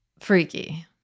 freaky